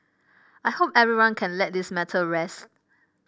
I hope everyone can let this matter rest